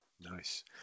Nice